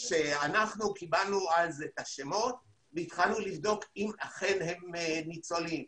אז את השמות והתחלנו לבדוק אם אכן הם ניצולים.